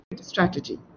strategy